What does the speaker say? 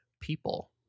people